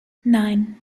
nine